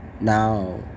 Now